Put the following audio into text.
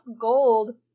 gold